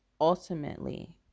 ultimately